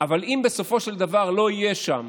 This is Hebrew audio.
אבל אם בסופו של דבר לא יהיו שם